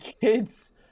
kids